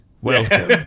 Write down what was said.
Welcome